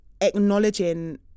acknowledging